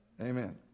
Amen